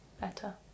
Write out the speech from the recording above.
better